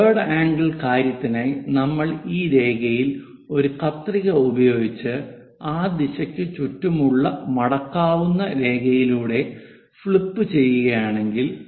third angle കാര്യത്തിനായി നമ്മൾ ഈ രേഖയിൽ ഒരു കത്രിക ഉപയോഗിച്ചു ആ ദിശയ്ക്ക് ചുറ്റുമുള്ള മടക്കാവുന്ന രേഖയിലൂടെ ഫ്ലിപ്പുചെയ്യുകയാണെങ്കിൽ